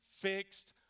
fixed